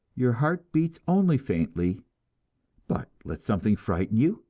your heart beats only faintly but let something frighten you,